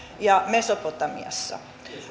ja mesopotamiassa